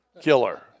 killer